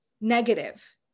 negative